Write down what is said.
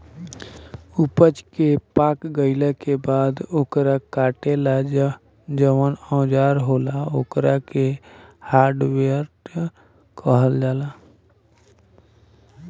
ऊपज के पाक गईला के बाद ओकरा काटे ला जवन औजार होला ओकरा के हार्वेस्टर कहाला